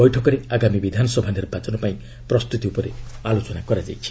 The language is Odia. ବୈଠକରେ ଆଗାମୀ ବିଧାନସଭା ନିର୍ବାଚନ ପାଇଁ ପ୍ରସ୍ତୁତି ଉପରେ ଆଲୋଚନା ହୋଇଛି